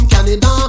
Canada